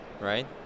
Right